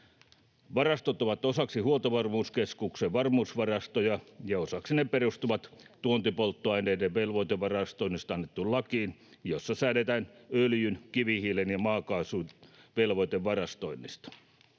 Varastot ovat osaksi Huoltovarmuuskeskuksen varmuusvarastoja, ja osaksi ne perustuvat tuontipolttoaineiden velvoitevarastoinnista annettuun lakiin, jossa säädetään öljyn, kivihiilen ja maakaasun velvoitevarastoinnista.